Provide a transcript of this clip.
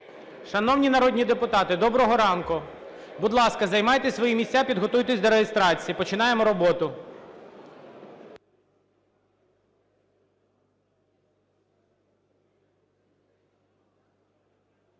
Шановні народні депутати, доброго ранку! Будь ласка, займайте свої місця. Підготуйтесь до реєстрації. Починаємо роботу.